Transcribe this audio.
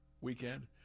weekend